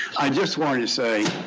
i just wanted to say,